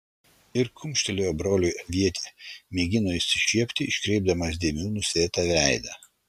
ir kumštelėjo broliui avietė mėgino išsišiepti iškreipdamas dėmių nusėtą veidą